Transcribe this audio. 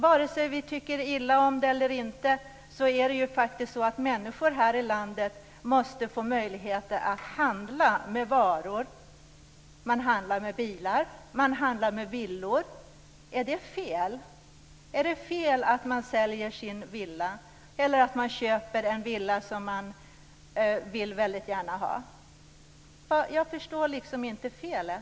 Vare sig vi tycker illa om detta eller inte måste människor i det här landet få möjligheter att handla med varor. Man handlar med bilar och man handlar med villor. Är det fel? Är det fel att man säljer sin villa eller att man köper en villa som man väldigt gärna vill ha? Jag förstår liksom inte felet.